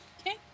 Okay